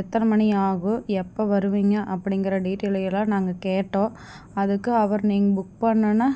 எத்தனை மணி ஆகும் எப்போ வருவிங்க அப்டிங்கிற டீடைலாயெல்லாம் நாங்கள் கேட்டோம் அதுக்கு அவர் நீங்கள் புக் பண்ணனும்னா